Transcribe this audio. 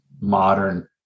modern